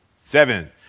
seven